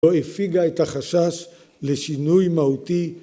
‫לא הפיגה את החשש לשינוי מהותי.